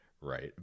right